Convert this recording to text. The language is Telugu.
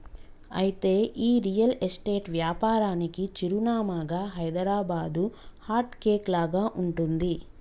అయితే ఈ రియల్ ఎస్టేట్ వ్యాపారానికి చిరునామాగా హైదరాబాదు హార్ట్ కేక్ లాగా ఉంటుంది